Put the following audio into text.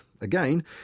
again